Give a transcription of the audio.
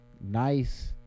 nice